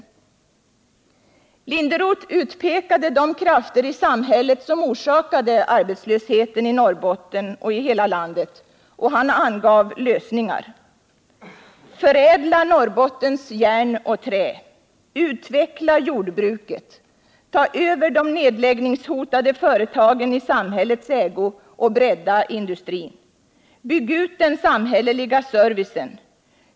Sven Linderot utpekade de krafter i samhället som orsakade arbetslösheten i Norrbotten och hela landet och angav lösningar: Förädla Norrbottens järn och trä. Utveckla jordbruket. Ta över de nedläggningshotade företagen i samhällets ägo och bredda industrin. Bygg ut den samhälleliga servicen.